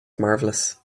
marvelous